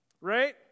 right